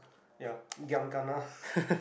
ya giam kana